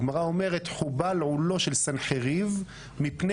הגמרא אומרת: חובל עולו של סנחריב מפני